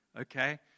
Okay